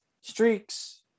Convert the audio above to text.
streaks